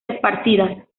esparcidas